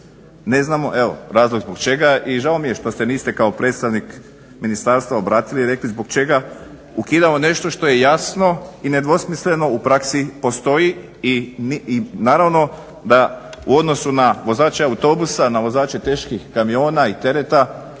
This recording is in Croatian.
Ne znamo razlog zbog čega i žao mi je što se niste kao predstavnik ministarstva obratili i rekli zbog čega ukidamo nešto što je jasno i nedvosmisleno u praksi postoji i naravno da u odnosu na vozače autobusa, na vozače teških kamiona i tereta